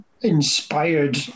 inspired